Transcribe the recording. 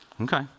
Okay